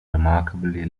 remarkably